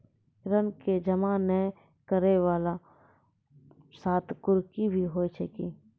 ऋण के जमा नै करैय वाला के साथ कुर्की भी होय छै कि?